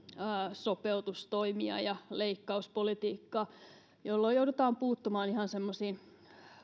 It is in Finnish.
sopeutustoimia ja leikkauspolitiikkaa jolloin joudutaan puuttumaan ihan semmoisiin